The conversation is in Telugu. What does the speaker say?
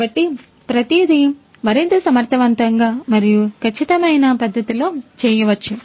కాబట్టి ప్రతిదీ మరింత సమర్థవంతంగా మరియు ఖచ్చితమైన పద్ధతిలో చేయవచ్చు